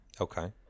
Okay